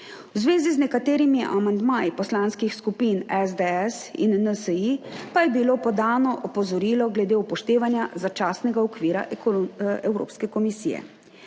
V zvezi z nekaterimi amandmaji poslanskih skupin SDS in NSi pa je bilo podano opozorilo glede upoštevanja začasnega okvira Evropske komisije.